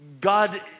God